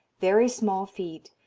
very small feet,